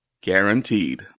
Guaranteed